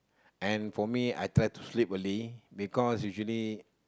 and for me I try to sleep early because usually